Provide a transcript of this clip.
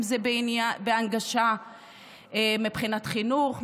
אם זה בהנגשה מבחינת חינוך,